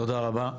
תודה רבה.